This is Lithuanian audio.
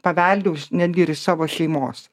paveldėjau aš netgi ir iš savo šeimos